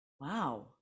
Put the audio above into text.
wow